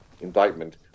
indictment